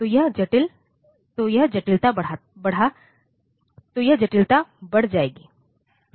तो यह जटिलता बढ़ जाएगी